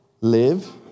Live